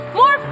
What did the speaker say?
more